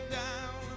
down